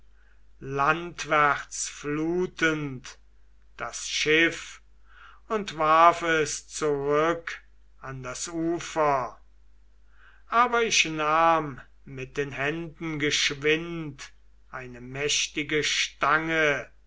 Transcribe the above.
landwärts flutend das schiff und warf es zurück an das ufer aber ich nahm mit den händen geschwind eine mächtige stange